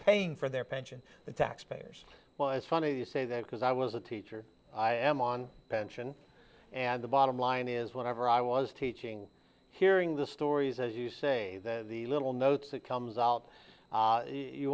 paying for their pension the taxpayers well it's funny you say that because i was a teacher i am on a pension and the bottom line is whenever i was teaching hearing the stories as you say that the little notes that comes out